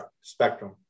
spectrum